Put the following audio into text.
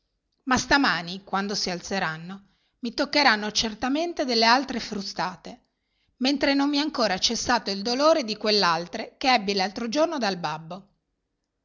ma stamani quando si alzeranno mi toccheranno certamente delle altre frustate mentre non mi è ancora cessato il dolore di quell'altre che ebbi l'altro giorno dal babbo